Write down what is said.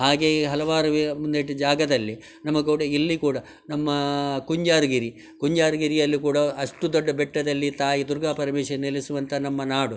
ಹಾಗೆಯೇ ಹಲವಾರು ವೆ ಜಾಗದಲ್ಲಿ ಇಲ್ಲಿ ಕೂಡ ನಮ್ಮ ಕುಂಜಾರ್ಗಿರಿ ಕುಂಜಾರ್ಗಿರಿಯಲ್ಲಿ ಕೂಡ ಅಷ್ಟು ದೊಡ್ಡ ಬೆಟ್ಟದಲ್ಲಿ ತಾಯಿ ದುರ್ಗಾಪರಮೇಶ್ವರಿ ನೆಲೆಸುವಂಥ ನಮ್ಮ ನಾಡು